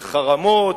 של חרמות,